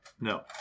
No